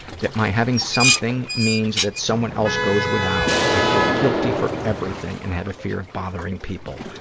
that my having something means that someone else goes without. i feel guilty for everything and have a fear of bothering people.